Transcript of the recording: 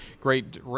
Great